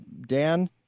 Dan